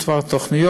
יש כבר תוכניות.